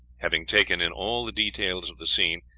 having taken in all the details of the scene,